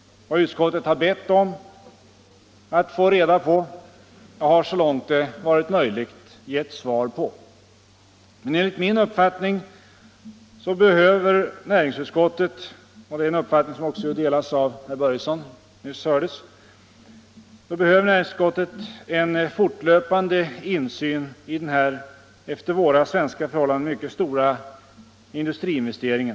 Vad utskottet har bett att få reda på har man, så långt detta varit möjligt, givit svar på. Men enligt min uppfattning — och den delas också av herr Börjesson, vilket vi nyss hörde — behöver näringsutskottet en fortlöpande insyn i denna efter svenska förhållanden mycket stora industriinvestering. '